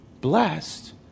blessed